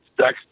sex